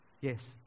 Yes